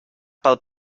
pel